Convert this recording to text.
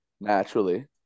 Naturally